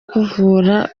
kuvura